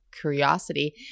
curiosity